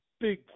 big